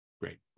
great